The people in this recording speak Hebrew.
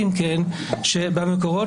זה --- שמפריע לך?